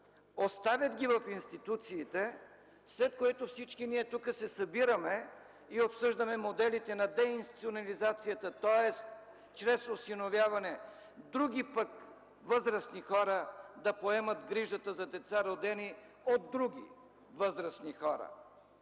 оставят ги в институциите, след което всички ние тук се събираме и обсъждаме моделите на деинституционализацията, тоест чрез осиновяване други пък възрастни хора да поемат грижата за деца, родени от други възрастни хора.